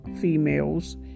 females